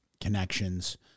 connections